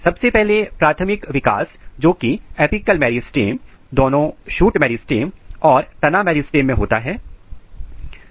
सबसे पहले प्राथमिक विकास जोकि एपिकल मेरिस्टेम दोनों शूट मेरिस्टेम और तना मेरिस्टेम मैं होता है